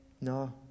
no